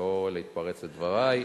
ולא להתפרץ לדברי.